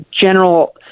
general